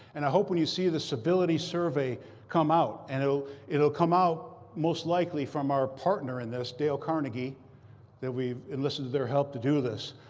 and i hope when you see the civility survey come out and it will it will come out most likely from our partner in this, dale carnegie we've enlisted their help to do this.